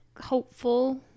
hopeful